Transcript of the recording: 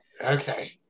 Okay